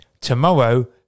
tomorrow